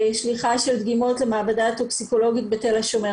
שליחה של דגימות למעבדה הטוקסיקולוגית בתל השומר,